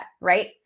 right